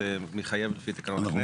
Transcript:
זה מתחייב על פי תקנון הכנסת.